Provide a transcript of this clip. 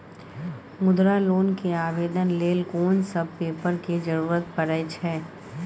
मुद्रा लोन के आवेदन लेल कोन सब पेपर के जरूरत परै छै?